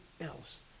else